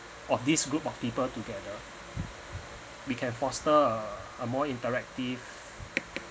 of this group of people together we can foster a a more interactive